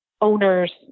owners